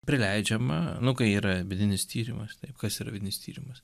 prileidžiama nu kai yra vidinis tyrimas taip kas yra vidinis tyrimas